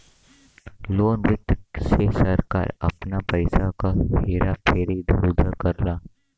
लोक वित्त से सरकार आपन पइसा क हेरा फेरी इधर उधर करला